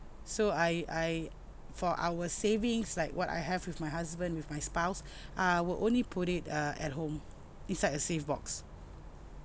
so I I for our savings like what I have with my husband with my spouse I will only put it uh at home inside a safe box